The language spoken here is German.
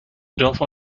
dörfer